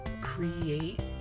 create